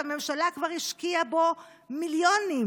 שהממשלה כבר השקיע בו מיליונים.